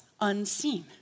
unseen